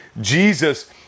Jesus